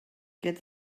get